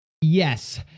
Yes